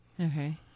Okay